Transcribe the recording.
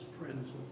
friends